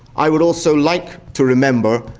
i would also like to remember,